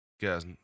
guys